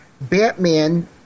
Batman